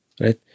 right